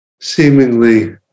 seemingly